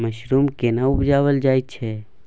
Mushroom केना उबजाबल जाय छै?